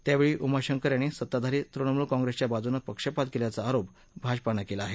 त्यावेळी उमाशंकर यांनी सत्ताधारी तृणमूल काँप्रेसच्या बाजुनं पक्षपात केल्याचा आरोप भाजपानं केला आहे